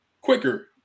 quicker